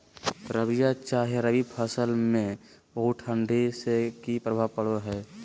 रबिया चाहे रवि फसल में बहुत ठंडी से की प्रभाव पड़ो है?